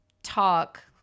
Talk